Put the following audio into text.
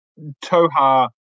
Toha